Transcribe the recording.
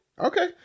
okay